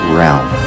Realm